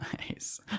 Nice